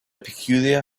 peculiar